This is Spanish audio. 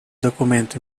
documento